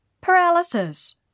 Paralysis